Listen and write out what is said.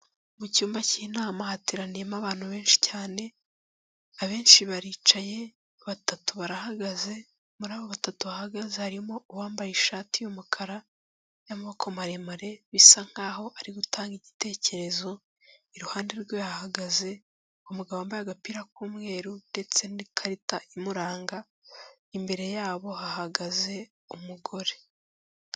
Mu cyumba cy'inama hateraniyemo abantu benshi cyane. Abenshi baricaye, batatu barahagaze. Muri abo batatu bahagaze harimo uwambaye ishati y'umukara y'amaboko maremare, bisa nkaho ari gutanga igitekerezo, iruhande rwe hahagaze umugabo wambaye agapira k'umweru ndetse n'ikarita imuranga. Imbere yabo hahagaze umugore.